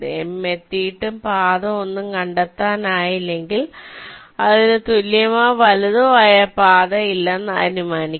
M എത്തിയിട്ടും പാത ഒന്നും കണ്ടെത്താനായില്ലെങ്കിൽ നു തുല്യമോ വലുതോ ആയ പാത ഇല്ലെന്ന് അനുമാനിക്കാം